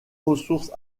ressource